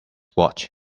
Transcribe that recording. watch